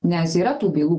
nes yra tų bylų